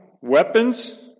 weapons